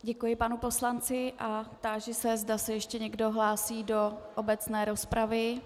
Děkuji panu poslanci a táži se, zda se ještě někdo hlásí do obecné rozpravy.